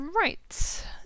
Right